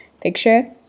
picture